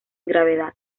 gravedad